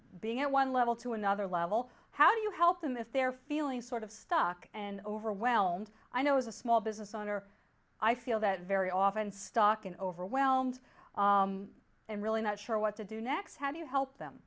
being at one level to another level how do you help them if they're feeling sort of stuck and overwhelmed i know as a small business owner i feel that very often stock and overwhelmed and really not sure what to do next how do you help them